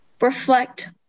reflect